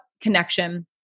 connection